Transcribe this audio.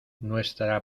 nuestra